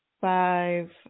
five